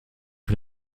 für